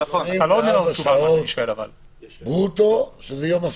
24 שעות ברוטו, שזה יום עסקים.